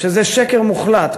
וזה שקר מוחלט.